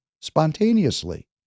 spontaneously